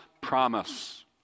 promise